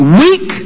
weak